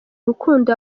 urukundo